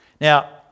Now